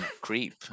creep